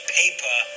paper